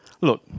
look